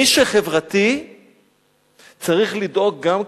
מי שחברתי צריך לדאוג גם כן,